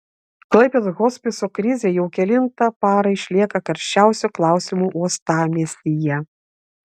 klaipėdos hospiso krizė jau kelintą parą išlieka karščiausiu klausimu uostamiestyje